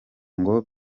ngo